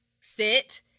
sit